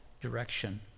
direction